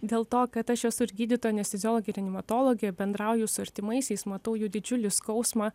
dėl to kad aš esu ir gydytoja anesteziologė reanimatologė bendrauju su artimaisiais matau jų didžiulį skausmą